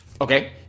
okay